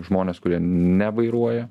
žmonės kurie nevairuoja